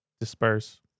disperse